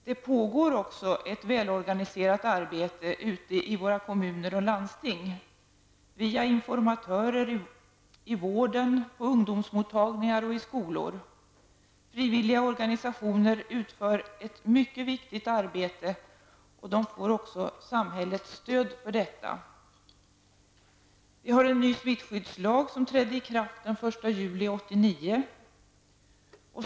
Det pågår ett väl organiserat arbete ute i våra kommuner och landsting via informatörer, i vården, på ungdomsmottagningar och i skolor. Frivilliga organisationer utför ett mycket viktigt arbete och får också samhällets stöd för detta. Vi har en ny smittskyddslag, som trädde i kraft den 1 juli 1989.